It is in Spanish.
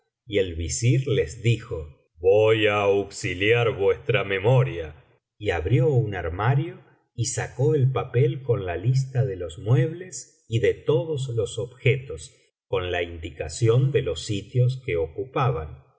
y el visir les dijo voy á auxiliar vuestra memoria y abrió un armario y sacó el papel con la lista de los muebles y de todos los objetos con la indicación de los sitios que ocupaban